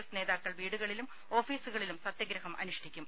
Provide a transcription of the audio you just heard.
F നേതാക്കൾ വീടുകളിലും ഓഫീസുകളിലും സത്യഗ്രഹം അനുഷ്ഠിക്കും